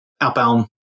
outbound